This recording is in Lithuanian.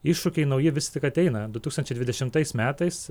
iššūkiai nauji vis tik ateina du tūkstančiai dvidešimtais metais